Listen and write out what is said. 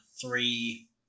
three